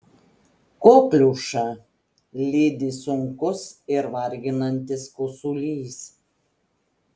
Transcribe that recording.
kokliušą lydi sunkus ir varginantis kosulys